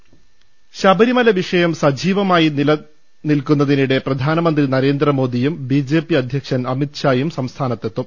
ലലലലലലലലലലലല ശബരിമല വിഷയം സജീവമായി നിലനിൽക്കുന്നതിനിടെ പ്രധാനമന്ത്രി നരേന്ദ്ര മോദിയുംബിജെപി അധ്യക്ഷൻ അമിത് ഷായും സംസ്ഥാനത്തെത്തും